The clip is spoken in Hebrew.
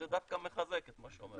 אז זה דווקא מחזק את מה שאומר פרופ' שמחון.